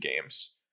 games